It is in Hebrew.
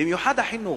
במיוחד לא את החינוך.